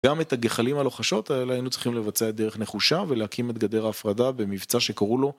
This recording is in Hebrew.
גם את הגחלים הלוחשות האלה היינו צריכים לבצע את דרך נחושה ולהקים את גדר ההפרדה במבצע שקראו לו